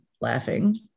laughing